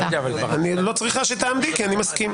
לא צריך שתעמדי, כי אני מסכים.